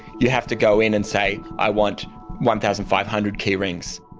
you have to go in and say, i want one thousand five hundred keyrings.